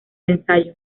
ensayo